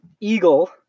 eagle